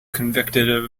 convicted